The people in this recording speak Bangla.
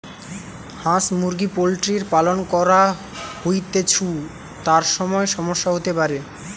হাঁস মুরগি পোল্ট্রির পালন করা হৈতেছু, তার সময় সমস্যা হতে পারে